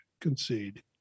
concede